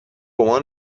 گمان